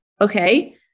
Okay